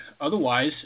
Otherwise